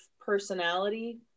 personality